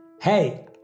Hey